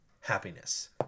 happiness